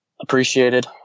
appreciated